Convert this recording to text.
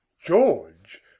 George